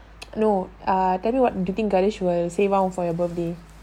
no err tell you what you think will say one for your birthday